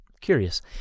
curious